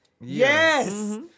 yes